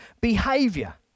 behavior